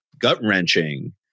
gut-wrenching